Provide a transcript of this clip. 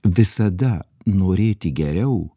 visada norėti geriau